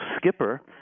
Skipper